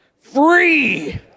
free